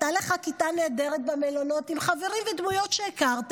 הייתה לך כיתה נהדרת במלונות עם חברים ודמויות שהכרת,